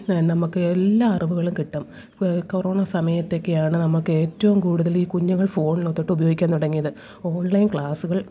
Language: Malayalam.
അത് നമുക്ക് എല്ലാ അറിവുകളും കിട്ടും കൊറോണ സമയത്തൊക്കെയാണ് നമുക്ക് ഏറ്റവും കൂടുതൽ ഈ കുഞ്ഞുങ്ങള് ഈ ഫോണിനകത്തേക്ക് ഉപയോഗിക്കാൻ തുടങ്ങിയത്